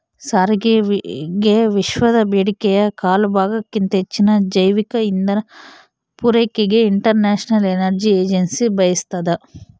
ಸಾರಿಗೆಗೆವಿಶ್ವದ ಬೇಡಿಕೆಯ ಕಾಲುಭಾಗಕ್ಕಿಂತ ಹೆಚ್ಚಿನ ಜೈವಿಕ ಇಂಧನ ಪೂರೈಕೆಗೆ ಇಂಟರ್ನ್ಯಾಷನಲ್ ಎನರ್ಜಿ ಏಜೆನ್ಸಿ ಬಯಸ್ತಾದ